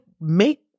make